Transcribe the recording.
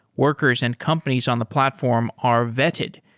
workers and companies on the platform are vetted,